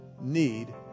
need